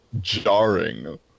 jarring